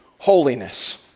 Holiness